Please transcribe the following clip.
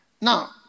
Now